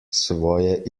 svoje